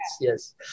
yes